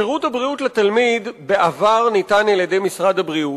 בעבר שירות הבריאות לתלמיד ניתן על-ידי משרד הבריאות,